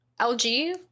LG